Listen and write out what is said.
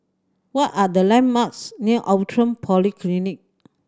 what are the landmarks near Outram Polyclinic